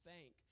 thank